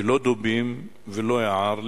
ולא דובים ולא יער,